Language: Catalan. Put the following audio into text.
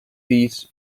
pis